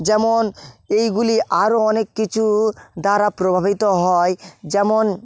যেমন এইগুলি আরো অনেক কিছু দ্বারা প্রভাবিত হয় যেমন